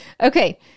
Okay